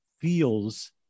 feels